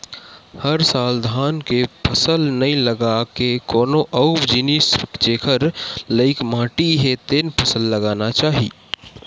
हर साल धान के फसल नइ लगा के कोनो अउ जिनिस जेखर लइक माटी हे तेन फसल लगाना चाही